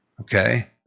okay